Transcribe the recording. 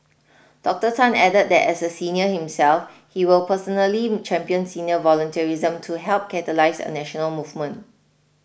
Doctor Tan added that as a senior himself he will personally champion senior volunteerism to help catalyse a national movement